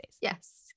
yes